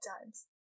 times